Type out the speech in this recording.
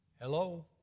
Hello